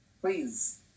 please